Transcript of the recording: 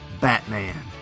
Batman